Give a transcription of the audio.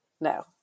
No